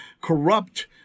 corrupt